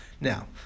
Now